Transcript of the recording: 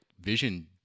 Vision